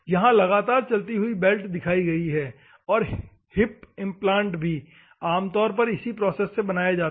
यहां लगातार चलती हुई बेल्ट दिखाई गयी है समय देखें 6222 और हिप इम्प्लांट भी आमतौर पर इसी प्रोसेस से बनाये जाते है